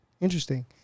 Interesting